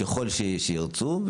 ככל שירצו,